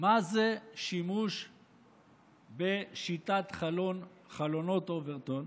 מה זה שימוש בשיטת חלונות אוברטון?